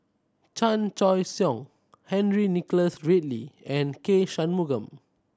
Chan Choy Siong Henry Nicholas Ridley and K Shanmugam